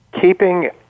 keeping